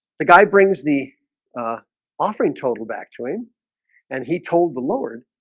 the guy brings the ah offering total back to him and he told the lord.